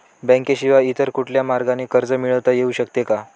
बँकेशिवाय इतर कुठल्या मार्गाने कर्ज मिळविता येऊ शकते का?